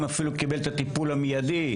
יש גם טלמדיסין.